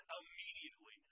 immediately